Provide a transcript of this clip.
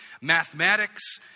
mathematics